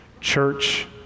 church